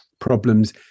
problems